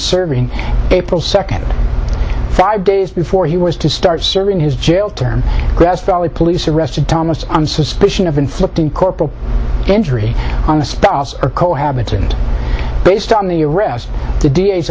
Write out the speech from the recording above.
serving april second five days before he was to start serving his jail term grass valley police arrested thomas on suspicion of inflicting corporal injury on a spouse or co habiting based on the arrest the d